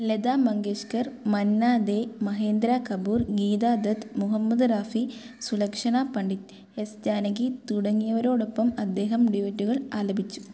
Lata Mangeshkar Manna Dey Mahendra Kapoor Geeta Dutt Mohammed Rafi Sulakshana Pandit S Janaki തുടങ്ങിയവരോടൊപ്പം അദ്ദേഹം ഡ്യുയറ്റുകൾ ആലപിച്ചു